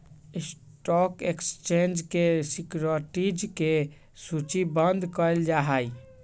stock exchange पर securities के सूचीबद्ध कयल जाहइ